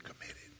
Committed